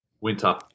Winter